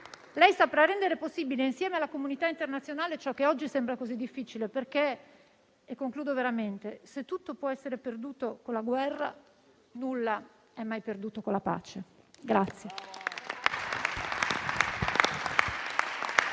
lei saprà rendere possibile insieme alla comunità internazionale ciò che oggi sembra così difficile. In conclusione, se tutto può essere perduto con la guerra, nulla è mai perduto con la pace